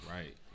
Right